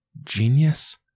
Genius